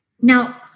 Now